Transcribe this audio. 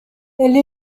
elle